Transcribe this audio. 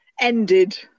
ended